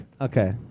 Okay